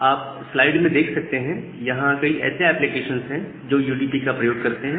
आप स्लाइड में देख सकते हैं यहां कई ऐसे एप्लीकेशंस हैं जो यूडीपी का प्रयोग करते हैं